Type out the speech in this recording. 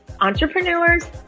entrepreneurs